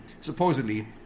supposedly